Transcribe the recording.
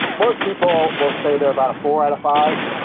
most people will say they're about a four out of five.